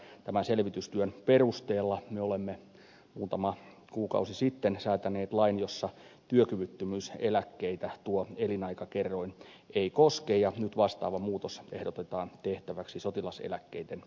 ja tämän selvitystyön perusteella me olemme muutama kuukausi sitten säätäneet lain jossa työkyvyttömyyseläkkeitä tuo elinaikakerroin ei koske ja nyt vastaava muutos ehdotetaan tehtäväksi sotilaseläkkeiden osalta